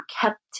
kept